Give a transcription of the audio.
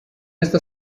esta